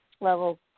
level